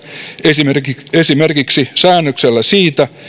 esimerkiksi esimerkiksi säännöksellä siitä